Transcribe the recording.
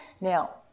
Now